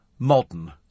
Modern